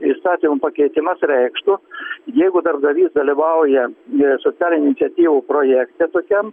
įstatymo pakeitimas reikštų jeigu darbdavys dalyvauja socialinių iniciatyvų projekte tokiam